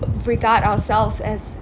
regard ourselves as